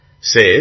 says